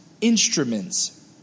instruments